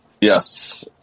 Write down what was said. Yes